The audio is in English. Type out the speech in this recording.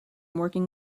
working